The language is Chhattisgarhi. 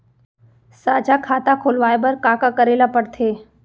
साझा खाता खोलवाये बर का का करे ल पढ़थे?